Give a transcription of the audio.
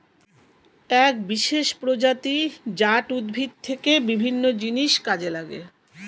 এক বিশেষ প্রজাতি জাট উদ্ভিদ থেকে বিভিন্ন জিনিস কাজে লাগে